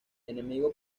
enemigo